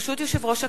ברשות יושב-ראש הכנסת,